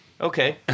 Okay